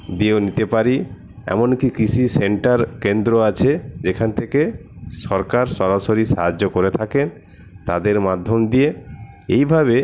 দিয়েও নিতে পারি এমনকি কৃষি সেন্টার কেন্দ্র আছে যেখান থেকে সরকার সরাসরি সাহায্য করে থাকেন তাদের মাধ্যম দিয়ে এইভাবে